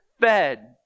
fed